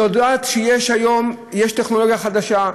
היא יודעת שיש היום טכנולוגיה חדשה,